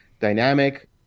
dynamic